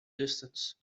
distance